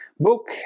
Book